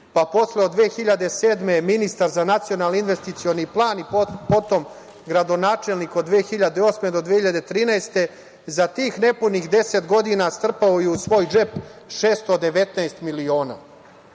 pa posle od 2007. godine, ministar za Nacionalni investicioni plan i potom, gradonačelnik od 2008. do 2013. godine. Za tih nepunih deset godina strpao je u svoj džep 619 miliona. On